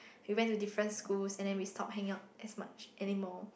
we went to different schools and then we stopped hanging out as much anymore